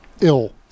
ill